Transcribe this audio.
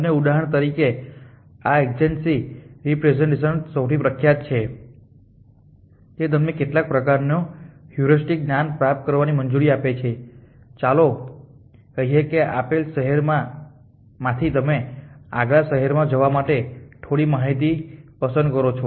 અને ઉદાહરણ તરીકે આ એડજેસન્સી રિપ્રેસેંટેશન જે સૌથી વધુ પ્રખ્યાત છે તે તમને કેટલાક પ્રકારનું હ્યુરિસ્ટિક જ્ઞાન પ્રાપ્ત કરવાની મંજૂરી આપે છે ચાલો કહીએ કે આપેલ શહેરમાંથી તમે આગલા શહેરમાં જવા માટે થોડી માહિતી પસંદ કરી શકો છો